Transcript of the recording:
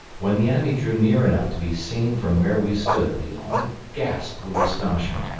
when the enemy drew near enough to be seen from where we stood we all gasped with astonishment.